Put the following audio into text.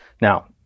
Now